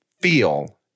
feel